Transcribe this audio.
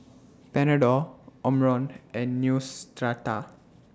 Panadol Omron and Neostrata